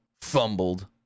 fumbled